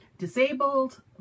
Disabled